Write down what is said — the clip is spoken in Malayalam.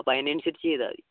അപ്പോൾ അതിനനുസരിച്ച് ചെയ്താൽ മതി